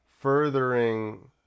furthering